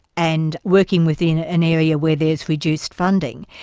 and working within ah an area where there is reduced funding,